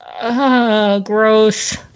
Gross